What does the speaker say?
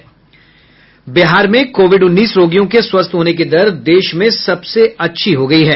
बिहार में कोविड उन्नीस रोगियों के स्वस्थ होने की दर देश में सबसे अच्छी हो गयी है